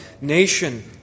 nation